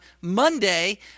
Monday